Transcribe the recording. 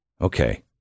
Okay